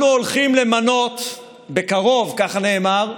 אנחנו הולכים למנות בקרוב, ככה נאמר,